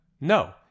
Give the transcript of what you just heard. No